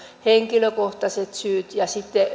henkilökohtaiset syyt ja